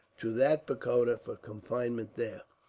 to that pagoda for confinement there.